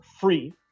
free